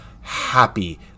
happy